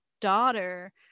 daughter